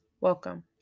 Welcome